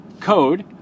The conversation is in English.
code